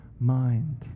mind